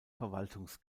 verwaltungs